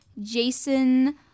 jason